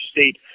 State